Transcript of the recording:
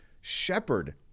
shepherd